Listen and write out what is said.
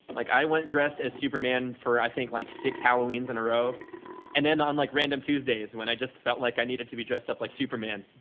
like i went dressed as superman for i think like six halloweens in a row and then on like random tuesdays when i just felt like i needed to be dressed up like superman.